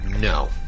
No